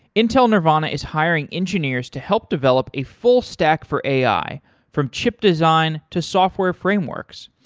intel nervana is hiring engineers to help develop a full stack for ai from chip design to software frameworks.